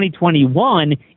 2021